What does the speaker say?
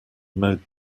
mowed